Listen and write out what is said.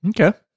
Okay